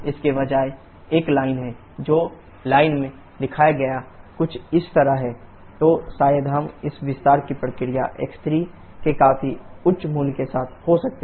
इसके बजाय एक लाइन है जो लाइन में दिखाया गया है कुछ इस तरह है तो शायद हम इस विस्तार की प्रक्रिया x3के काफी उच्च मूल्य के साथ हो सकता है